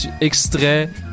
Extrait